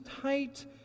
tight